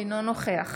אינו נוכח